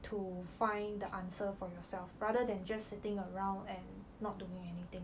to find the answer for yourself rather than just sitting around and not doing anything